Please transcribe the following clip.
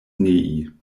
nei